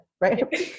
right